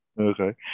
Okay